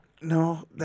No